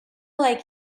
like